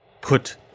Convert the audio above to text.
put